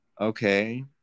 okay